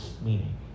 meaning